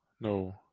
No